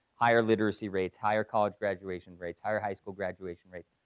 higher literacy rates, higher college graduation rates, higher high school graduation rates,